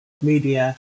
media